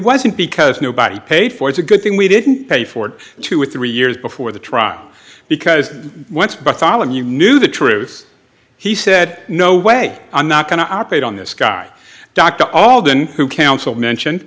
wasn't because nobody paid for it's a good thing we didn't pay for it two or three years before the trial because once but stalin you knew the truth he said no way i'm not going to operate on this guy doc to all than who counseled mention